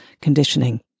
conditioning